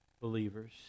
believers